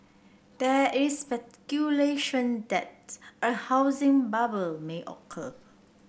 there is speculation that a housing bubble may occur